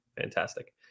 Fantastic